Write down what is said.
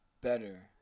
better